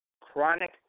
chronic